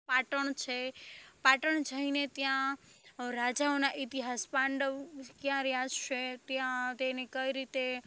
પાટણ છે પાટણ જઈને ત્યાં રાજાઓના ઇતિહાસ પાંડવ ક્યાં રહ્યાં છે ત્યાં તેને કઈ રીતે